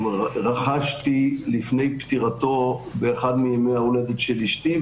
שרכשתי לפני פטירתו באחד מימי ההולדת של אשתי.